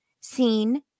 seen